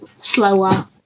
slower